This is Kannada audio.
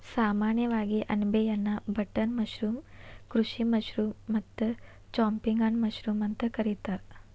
ಸಾಮಾನ್ಯವಾಗಿ ಅಣಬೆಯನ್ನಾ ಬಟನ್ ಮಶ್ರೂಮ್, ಕೃಷಿ ಮಶ್ರೂಮ್ ಮತ್ತ ಚಾಂಪಿಗ್ನಾನ್ ಮಶ್ರೂಮ್ ಅಂತ ಕರಿತಾರ